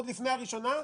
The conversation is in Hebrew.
עוד לפני הקריאה הראשונה.